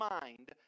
mind